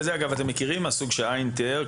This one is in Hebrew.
אתם מכירים מקרים מהסוג הזה שע' תיאר?